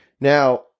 now